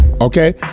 Okay